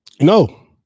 No